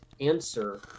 answer